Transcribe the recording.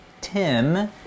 Tim